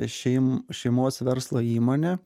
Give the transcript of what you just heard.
šeim šeimos verslo įmonė